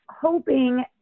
hoping